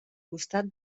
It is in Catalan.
costat